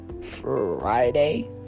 Friday